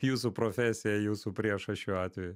jūsų profesija jūsų priešas šiuo atveju